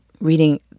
Reading